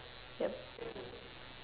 yup